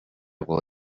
will